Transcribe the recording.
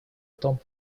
том